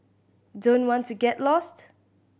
don't want to get lost